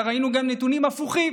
אלא ראינו גם נתונים הפוכים.